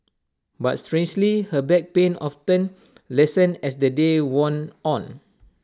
but strangely her back pain often lessened as the day wore on